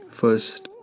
first